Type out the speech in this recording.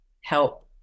help